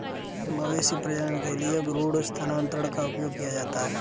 मवेशी प्रजनन के लिए भ्रूण स्थानांतरण का उपयोग किया जाता है